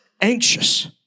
anxious